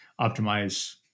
optimize